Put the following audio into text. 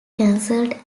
cancelled